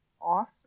off